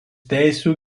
teisių